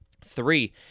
Three